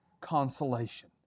consolation